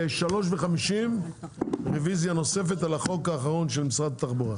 ב-15:50 רביזיה נוספת על החוק האחרון של משרד התחבורה.